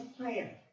prayer